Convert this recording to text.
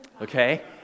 Okay